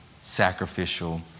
sacrificial